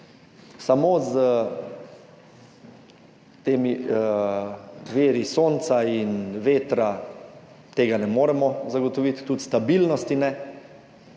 temi viri sonca in vetra tega ne moremo zagotoviti, tudi stabilnosti ne.